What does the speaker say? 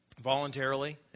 voluntarily